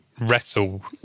wrestle